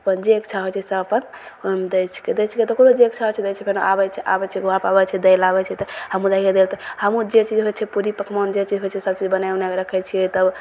अपन जे इच्छा होइ छै सभ अपन ओहिमे दै छिकै दै छिकै तऽ ओकरो जे इच्छा होइ छै दै छै एखन आबै छै आबै छै घरपर आबै छै दै ले आबै छै तऽ हमहूँ जाइ हिए दै ले तऽ हमहूँ जे चीज होइ छै पूड़ी पकमान जे चीज होइ छै सबचीज बनै उनैके रखै छिए तब